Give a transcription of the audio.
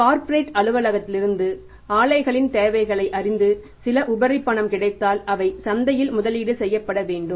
corporate அலுவலகத்திலிருந்து அலைகளின் தேவைகளை அறிந்து சில உபரி பணம் கிடைத்தால் அவை சந்தையில் முதலீடு செய்யப்பட வேண்டும்